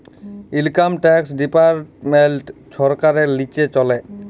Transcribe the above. income tax department ছরকারের লিচে চলে